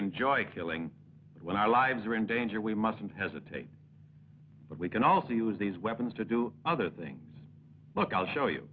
enjoy killing when i lives are in danger we mustn't hesitate but we can also use these weapons to do other things look i'll show you